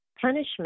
Punishment